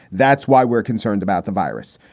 that's why we're concerned about the virus.